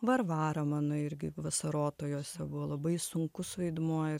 varvara mano irgi vasarotojose buvo labai sunkus vaidmuo ir